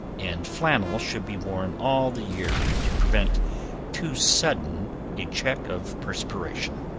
and flannel should be worn all the year, to prevent too sudden a check of perspiration.